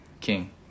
King